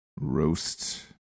roast